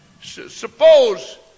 suppose